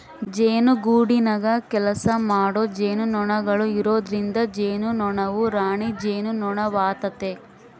ಜೇನುಗೂಡಿನಗ ಕೆಲಸಮಾಡೊ ಜೇನುನೊಣಗಳು ಇರೊದ್ರಿಂದ ಜೇನುನೊಣವು ರಾಣಿ ಜೇನುನೊಣವಾತತೆ